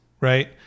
Right